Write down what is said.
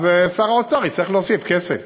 אז שר האוצר יצטרך להוסיף כסף.